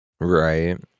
Right